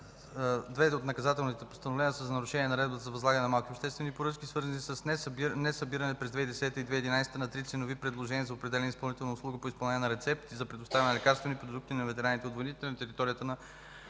две от наказателните постановления са за нарушения на Наредбата за възлагане на малки обществени поръчки, свързани с несъбиране през 2010 и 2011 г. на три ценови предложения за определяне на изпълнител на услугата по изпълнение на рецепти за предоставяне на лекарствени продукти на ветераните от войните на територията на